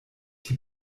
die